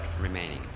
remaining